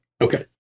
Okay